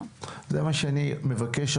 זה מה שאני מבקש,